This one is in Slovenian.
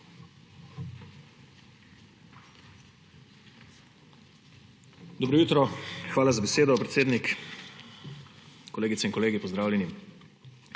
Dobro jutro! Hvala za besedo, predsednik. Kolegice in kolegi, pozdravljeni!